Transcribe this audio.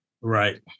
Right